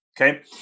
Okay